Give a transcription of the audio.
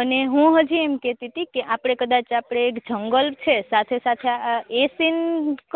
અને હું હજી એમ કહેતી હતી કે આપણે કદાચ આપણે એક જંગલ સાથે સાથે આ એ સીન